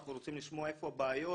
אנחנו רוצים לשמוע איפה הבעיות,